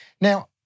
Now